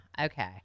Okay